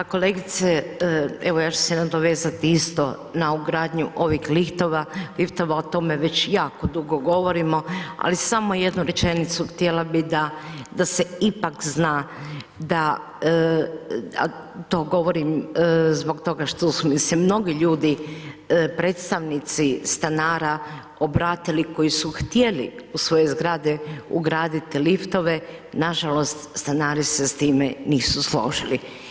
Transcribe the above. Kolegice, evo ja ću se nadovezati isto na ugradnju ovih liftova, o tome već jako dugo govorimo, ali samo jednu rečenicu, htjela bi da se ipak zna, da a to govorim zbog toga što su mi se mnogi ljudi, predstavnici, stanara obratili, koji su htjeli u svoje zgrade ugraditi liftove, nažalost stanari se s time nisu složili.